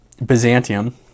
Byzantium